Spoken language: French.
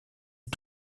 est